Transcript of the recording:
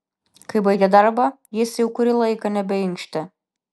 kai baigė darbą jis jau kurį laiką nebeinkštė